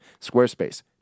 squarespace